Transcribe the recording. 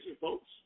folks